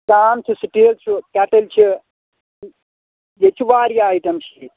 ترٛام چھِ سِٹیٖل چھُ کٮ۪ٹٕلۍ چھِ ییٚتہِ چھِ واریاہ آیٹَم چھِ ییٚتہِ